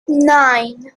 nine